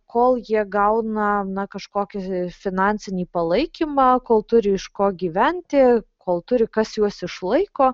kol jie gauna na kažkokį finansinį palaikymą kol turi iš ko gyventi kol turi kas juos išlaiko